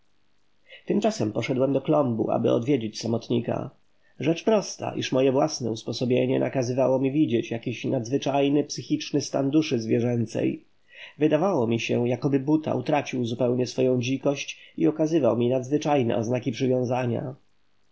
tymczasem poszedłem do klombu aby odwiedzić samotnika rzecz prosta iż moje własne usposobienie nakazywało mi widzieć jakiś niezwykły psychiczny stan duszy zwierzęcej wydawało mi się jakoby buta utracił zupełnie swoją dzikość i okazywał mi nadzwyczajne oznaki przywiązania